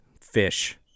fish